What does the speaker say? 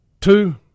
two